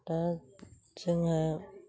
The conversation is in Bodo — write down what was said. दा जोंहा